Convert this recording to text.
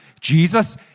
Jesus